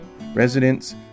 residents